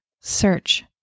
search